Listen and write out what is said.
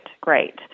Great